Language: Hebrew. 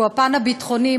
שהוא הפן הביטחוני,